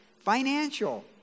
financial